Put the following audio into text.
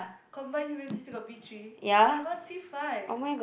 combined humanities you got B three I got C five